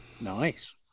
Nice